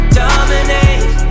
dominate